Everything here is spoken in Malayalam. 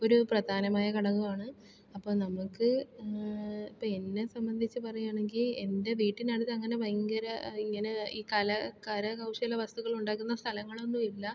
ഒരു പ്രധാനമായ ഘടകമാണ് അപ്പം നമുക്ക് ഇപ്പോൾ എന്നെ സംബന്ധിച്ച് പറയുവാണെങ്കിൽ എൻ്റെ വീട്ടിനടുത്ത് അങ്ങനെ ഭയങ്കര ഇങ്ങനെ ഈ കല കരകൗശല വസ്തുക്കൾ ഉണ്ടാക്കുന്ന സ്ഥലങ്ങളൊന്നും ഇല്ല